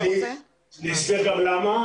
אני, ואסביר גם למה.